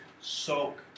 soak